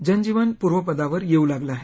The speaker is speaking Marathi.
जनजीवन पूर्वपदावर येऊ लागलं आहे